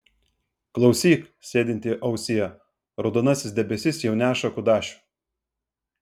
klausyk sėdinti ausie raudonasis debesis jau neša kudašių